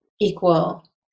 equal